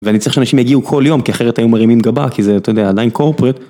ואני צריך שאנשים יגיעו כל יום, כי אחרת היו מרימים גבה, כי זה, אתה יודע, עדיין קורפרט.